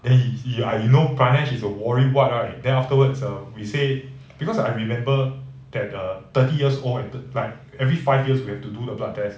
then he he ah you know pranesh is worried what then afterwards um we say because I remember that err thirty years old like every five years we have to do the blood test